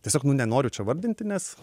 tiesiog nu nenoriu čia vardinti nes